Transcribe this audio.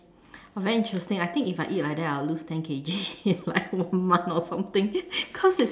very interesting I think if I eat like that I will lose ten K_G in like one month or something cause it's